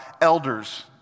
elders